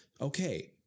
Okay